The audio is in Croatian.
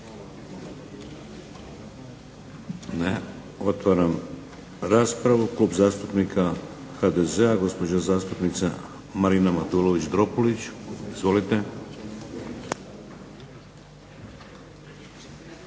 Ne. Otvaram raspravu. Klub zastupnika HDZ-a gospođa zastupnica Marina Matulović Dropulić. Izvolite.